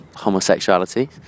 homosexuality